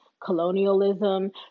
colonialism